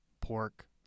pork